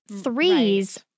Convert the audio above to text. threes